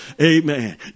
Amen